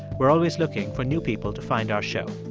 we're always looking for new people to find our show.